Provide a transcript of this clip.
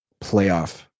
playoff